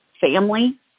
family